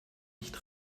nicht